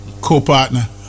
co-partner